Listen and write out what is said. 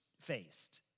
faced